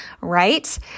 right